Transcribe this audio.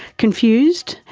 confused?